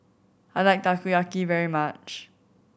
I like Takoyaki very much